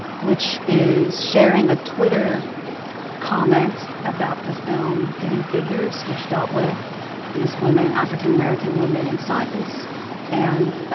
which is sharing a twitter comment about the film hidden figures which dealt with these women, african american women in science and,